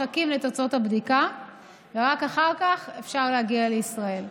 מחכים לתוצאות הבדיקה ורק אחר אפשר להגיע לישראל.